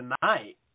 tonight